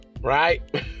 Right